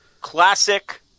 Classic